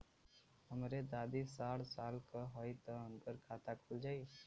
हमरे दादी साढ़ साल क हइ त उनकर खाता खुल जाई?